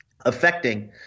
affecting